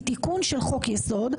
היא תיקון של חוק יסוד,